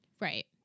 Right